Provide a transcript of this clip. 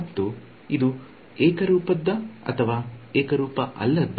ಮತ್ತು ಇದು ಏಕರೂಪದ್ದ ಅಥವಾ ಏಕರೂಪ ಅಲ್ಲದ್ದ